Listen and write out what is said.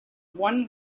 one